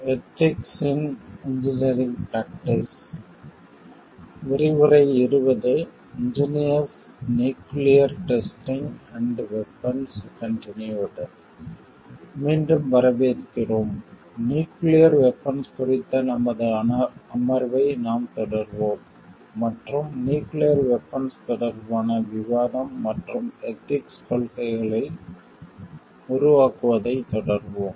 மீண்டும் வரவேற்கிறோம் nuclear weapons குறித்த நமது அமர்வை நாம் தொடர்வோம் மற்றும் நியூக்கிளியர் வெபன்ஸ் தொடர்பான விவாதம் மற்றும் எதிக்ஸ் கொள்கைகளை உருவாக்குவதைத் தொடர்வோம்